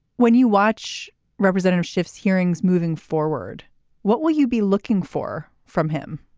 when you watch representatives hearings moving forward what will you be looking for from him.